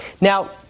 Now